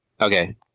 Okay